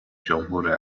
جمهور